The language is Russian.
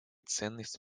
ценность